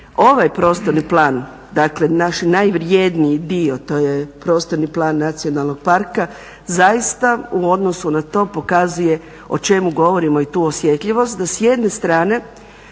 Ovaj prostorni plan, dakle naš najvrjedniji dio, to je prostorni plan nacionalnog parka zaista u odnosu na to pokazuje o čemu govorimo i tu osjetljivost da s jedne strane